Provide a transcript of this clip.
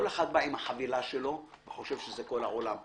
כל אחד בא עם החבילה שלו וחושב שזה כל העולם,